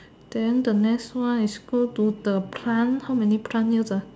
then the next one is go to the plant how many plant near the